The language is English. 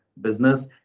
business